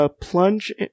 plunge